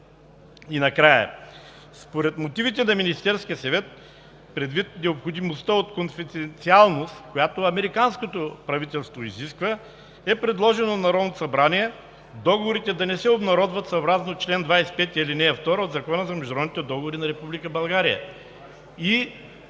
Накрая, според мотивите на Министерския съвет и предвид необходимостта от конфиденциалност, която американското правителство изисква, е предложено на Народното събрание договорите да не се обнародват съобразно чл. 25, ал. 2 от Закона за международните договори на